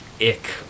ick